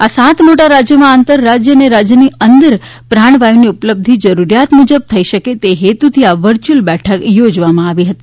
આ સાત મોટા રાજ્યોમાં આંતરરાજ્ય અને રાજ્યની અંદર પ્રાણવાયુની ઉપલબ્ધી જરૂરીયાત મુજબ થઈ શકે તે હેતુથી આ વર્ચ્યુઅલ બેઠક યોજવામાં આવી હતી